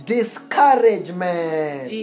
Discouragement